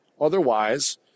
Otherwise